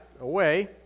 away